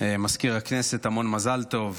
מזכיר הכנסת, המון מזל טוב,